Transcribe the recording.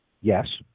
Yes